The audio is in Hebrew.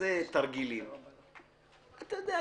שתעשה תרגילים אתה יודע,